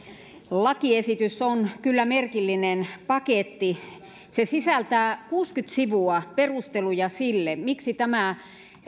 lakiesitys on kyllä merkillinen paketti se sisältää kuusikymmentä sivua perusteluja sille miksi tämä